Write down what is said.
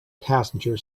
passenger